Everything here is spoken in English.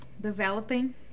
developing